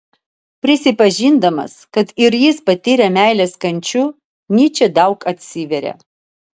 prisipažindamas kad ir jis patyrė meilės kančių nyčė daug atsivėrė